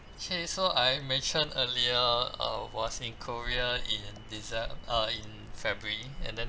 okay so I mentioned earlier uh was in korea in dece~ uh in february and then